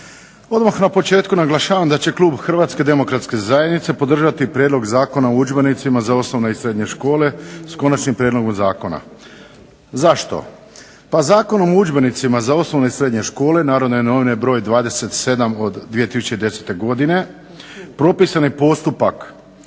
Odmah na početku naglašavam da će klub Hrvatske demokratske zajednice podržati Prijedlog zakona o udžbenicima za osnovne i srednje škole, s konačnim prijedlogom zakona. Zašto? Pa Zakonom o udžbenicima za osnovne i srednje škole, "Narodne novine" broj 27 od 2010. godine, propisan je postupak